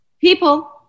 People